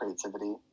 creativity